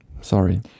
sorry